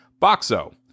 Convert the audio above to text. Boxo